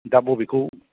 दा बबेखौ